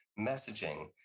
messaging